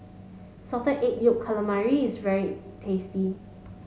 salted egg yolk calamari is very tasty